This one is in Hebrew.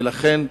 ולכן,